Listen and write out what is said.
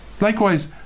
likewise